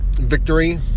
victory